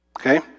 Okay